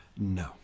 No